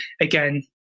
again